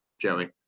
Joey